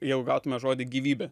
jeigu gautume žodį gyvybė